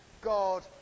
God